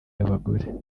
y’abagore